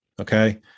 Okay